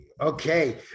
Okay